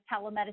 telemedicine